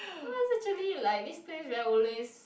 no is actually like this place very ulu is